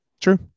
True